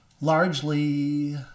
Largely